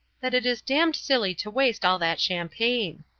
that it is damned silly to waste all that champagne.